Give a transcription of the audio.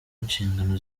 inshingano